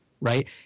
Right